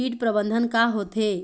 कीट प्रबंधन का होथे?